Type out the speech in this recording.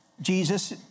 Jesus